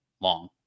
long